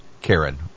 Karen